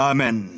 Amen